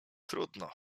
trudno